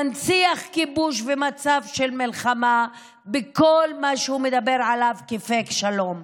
מנציח כיבוש ומצב של מלחמה בכל מה שהוא מדבר עליו כאפקט של שלום.